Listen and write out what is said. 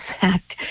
fact